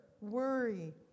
worry